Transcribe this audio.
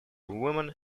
women